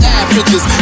averages